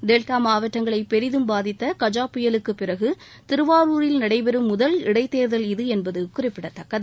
delta மாவட்டங்களை பெரிதும் பாதித்த கஜ புயலுக்குப் பிறகு திருவாரூரில் நடைபெறும் முதல் இடைத்தேர்தல் இது என்பது குறிப்பிடத்தக்கது